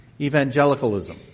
evangelicalism